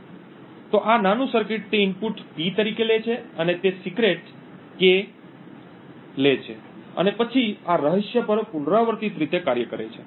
તેથી આ નાનું સર્કિટ તે ઇનપુટ P તરીકે લે છે અને તે સિક્રેટ K લે છે અને પછી આ રહસ્ય પર પુનરાવર્તિત રીતે કાર્ય કરે છે